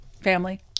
family